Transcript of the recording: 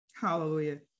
Hallelujah